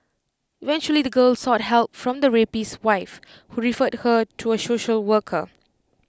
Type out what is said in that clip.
eventually the girl sought help from the rapist's wife who referred her to A social worker